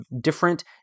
different